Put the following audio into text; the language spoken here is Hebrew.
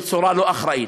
בצורה לא אחראית.